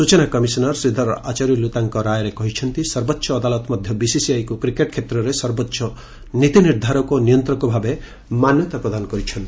ସୂଚନା କମିଶନର୍ ଶ୍ରୀଧର ଆଚାର୍ୟୁଲ୍ ତାଙ୍କ ରାୟରେ କହିଛନ୍ତି ସର୍ବୋଚ୍ଚ ଅଦାଲତ ମଧ୍ୟ ବିସିସିଆଇକୁ କ୍ରିକେଟ୍ କ୍ଷେତ୍ରରେ ସର୍ବୋଚ୍ଚ ନୀତି ନିର୍ଦ୍ଧାରକ ଓ ନିୟନ୍ତ୍ରକ ଭାବେ ମାନ୍ୟତା ଦେଇଛନ୍ତି